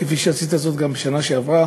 כפי שעשית גם בשנה שעברה